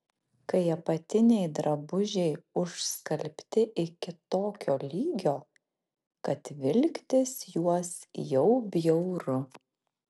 kai apatiniai drabužiai užskalbti iki tokio lygio kad vilktis juos jau bjauru